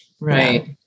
Right